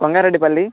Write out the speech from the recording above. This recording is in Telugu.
కొంగారెడ్డి పల్లి